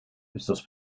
estos